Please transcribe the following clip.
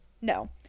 no